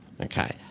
Okay